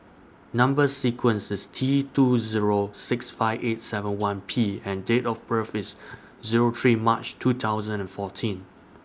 Number sequence IS T two Zero six five eight seven one P and Date of birth IS Zero three March two thousand and fourteen